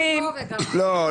לא.